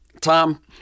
Tom